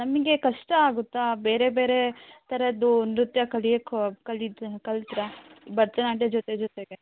ನಮಗೆ ಕಷ್ಟ ಆಗತ್ತಾ ಬೇರೆ ಬೇರೆ ಥರದ್ದು ನೃತ್ಯ ಕಲಿಯೋಕ್ಕೂ ಕಲಿಯು ಕಲಿತರೆ ಭರತನಾಟ್ಯದ ಜೊತೆ ಜೊತೆಗೆ